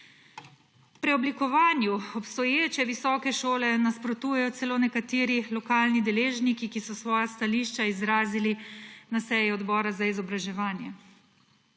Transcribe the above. Preoblikovanju obstoječe visoke šole nasprotujejo celo nekateri lokalni deležniki, ki so svoja stališča izrazili na seji Odbora za izobraževanje.